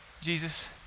Jesus